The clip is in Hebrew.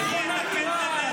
מישהו קונה את הרעל?